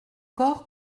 corps